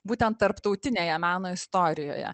būtent tarptautinėje meno istorijoje